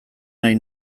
nahi